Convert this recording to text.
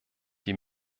die